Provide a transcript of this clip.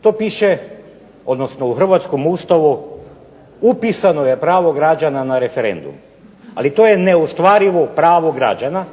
To piše, odnosno u hrvatskom Ustavu upisano je pravo građana na referendum. Ali to je neostvarivo pravo građana,